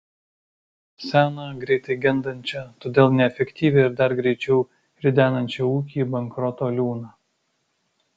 seną greitai gendančią todėl neefektyvią ir dar greičiau ridenančią ūkį į bankroto liūną